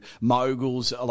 moguls